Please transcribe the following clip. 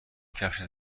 کفشت